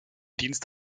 dienst